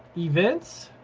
events,